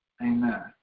Amen